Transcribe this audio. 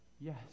yes